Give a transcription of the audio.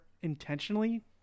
intentionally